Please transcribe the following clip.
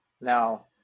Now